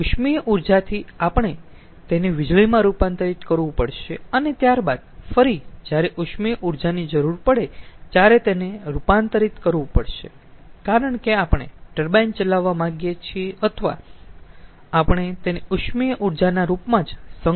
તેથી ઉષ્મીય ઊર્જાથી આપણે તેને વીજળીમાં રૂપાંતરિત કરવું પડશે અને ત્યારબાદ ફરી જ્યારે ઉષ્મીય ઊર્જાની જરૂર પડે ત્યારે તેને રૂપાંતરિત કરવું પડશે કારણ કે આપણે ટર્બાઇન ચલાવવા માંગીયે છીએ અથવા આપણે તેને ઉષ્મીય ઊર્જાના રૂપમાં જ સંગ્રહ કરી શકીયે છીએ